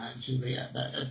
Julia